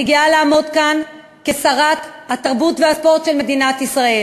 אני גאה לעמוד כאן כשרת התרבות והספורט של מדינת ישראל,